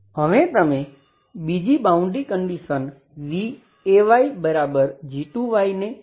હવે તમે બીજી બાઉન્ડ્રી કંડિશન vayg2ને લાગુ કરો